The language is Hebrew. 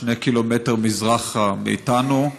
שני קילומטר מזרחה מאיתנו,